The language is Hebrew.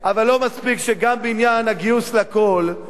אבל לא מספיק שגם בעניין הגיוס לכול,